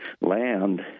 land